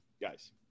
guys